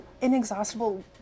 inexhaustible